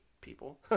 people